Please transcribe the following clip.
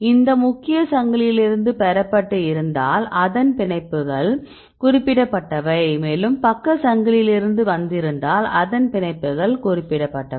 இவை முக்கிய சங்கிலியிலிருந்து பெறப்பட்டு இருந்தால் அதன் பிணைப்புகள் குறிப்பிடப்பட்டவை அல்ல மேலும் பக்க சங்கிலியிலிருந்து வந்திருந்தால் அதன் பிணைப்புகள் குறிப்பிடப்பட்டவை